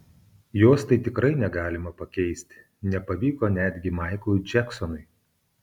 jos tai tikrai negalima pakeisti nepavyko netgi maiklui džeksonui